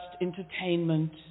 entertainment